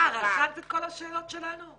אה, רשמת את כל השאלות שלנו?